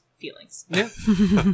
feelings